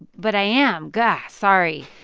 but i am gah, sorry.